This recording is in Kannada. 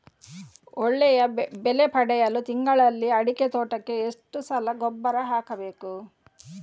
ಒಳ್ಳೆಯ ಬೆಲೆ ಪಡೆಯಲು ತಿಂಗಳಲ್ಲಿ ಅಡಿಕೆ ತೋಟಕ್ಕೆ ಎಷ್ಟು ಸಲ ಗೊಬ್ಬರ ಹಾಕಬೇಕು?